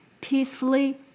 peacefully